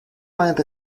mind